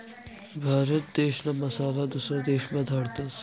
भारत देशना मसाला दुसरा देशमा धाडतस